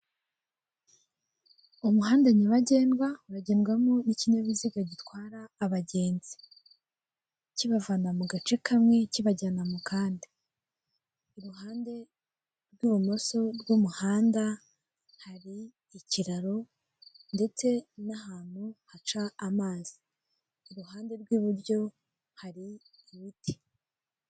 Umuhanda nyabagendwa bagendwamo n'ikinyabiziga gitwara abagenzi, kibavana mu gace kamwe kibajyana mu kandi, iruhande rw'ibumoso bw'umuhanda hari ikiraro ndetse n'ahantu haca amazi, iruhande rw'iburyo hari ibiti.